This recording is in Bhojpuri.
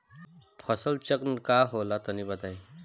फसल चक्रण का होला तनि बताई?